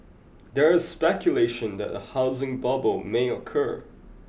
there is speculation that a housing bubble may occur